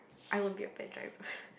I will be a bad driver